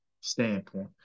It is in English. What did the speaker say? standpoint